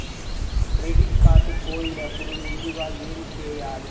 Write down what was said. Credit card పోయినపుడు ముందుగా ఏమి చేయాలి?